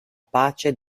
pace